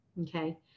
Okay